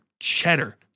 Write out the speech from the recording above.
cheddar